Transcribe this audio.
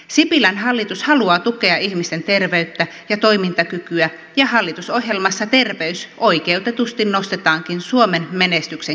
sipilän hallitus haluaa tukea ihmisten terveyttä ja toimintakykyä ja hallitusohjelmassa terveys oikeutetusti nostetaankin suomen menestyksen kilpailutekijäksi